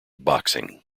boxing